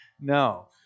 No